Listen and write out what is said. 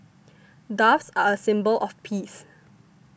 doves are a symbol of peace